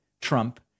Trump